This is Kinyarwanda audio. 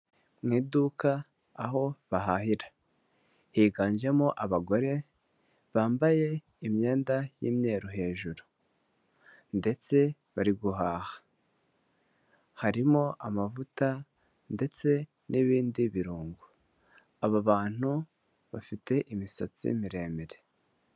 Mu iduka aho bahahira higanjemo abagore bambaye imyenda y'imyeru hejuru ndetse bari guhaha harimo amavuta ndetse n'ibindi birungo aba bantu bafite imisatsi miremire.